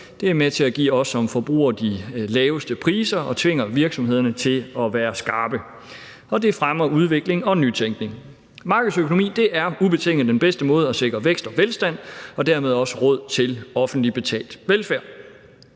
Den er med til at give os som forbrugere de laveste priser og tvinger virksomhederne til at være at skarpe. Den fremmer udvikling og nytænkning. Markedsøkonomi er ubetinget den bedste måde til at sikre vækst og velstand og dermed også råd til offentligt betalt velfærd.